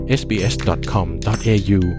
sbs.com.au